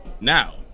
Now